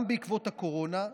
גם בעקבות הקורונה,